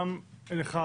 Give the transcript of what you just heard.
גם לך,